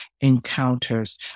encounters